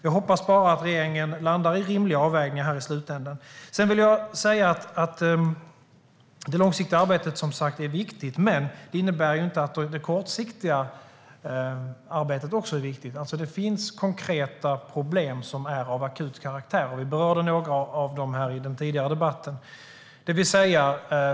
Jag hoppas bara att regeringen landar i rimliga avvägningar i slutändan. Det långsiktiga arbetet är som sagt viktigt, men det innebär inte att det kortsiktiga arbetet inte är viktigt också. Det finns konkreta problem som är av akut karaktär. Vi berörde några av dem i den tidigare debatten.